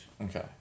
Okay